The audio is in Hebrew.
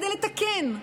כדי לתקן,